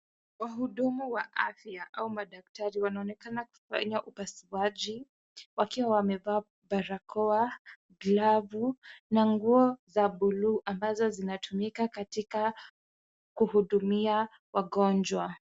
Wahudumu wa afya au madaktari wanaonekana wakifanya upasuaji, wakiwa wamevaa barakoa, glavu na nguo za blue , ambazo zinatumika katika kuhudumia wagonjwa.